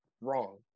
wrong